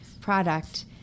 product